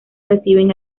reciben